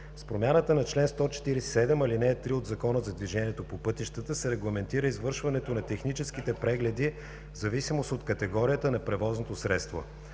С промяната на чл. 147, ал. 3 от Закона за движението по пътищата се регламентира извършването на техническите прегледи в зависимост от категорията на превозното средство.